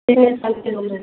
पहले सात दिनों में